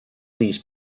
these